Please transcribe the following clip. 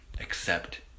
accept